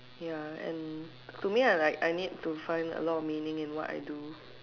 ya and to me I like I need to find a lot of meaning in what I do